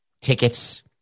tickets